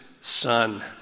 son